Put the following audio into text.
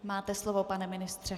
Máte slovo, pane ministře.